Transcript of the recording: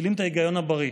מפעילים את ההיגיון הבריא.